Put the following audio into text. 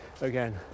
again